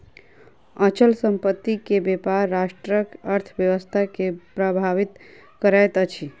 अचल संपत्ति के व्यापार राष्ट्रक अर्थव्यवस्था के प्रभावित करैत अछि